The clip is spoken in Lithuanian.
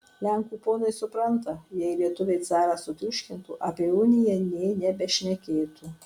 lenkų ponai supranta jei lietuviai carą sutriuškintų apie uniją nė nebešnekėtų